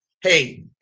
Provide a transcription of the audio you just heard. hey